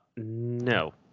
No